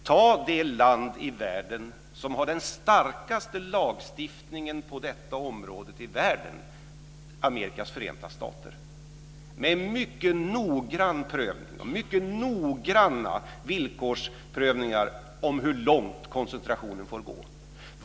Ta det land i världen som har den starkaste lagstiftningen på detta område, Amerikas förenta stater, med mycket noggranna villkorsprövningar av hur långt koncentrationen får gå.